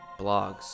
blogs